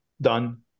done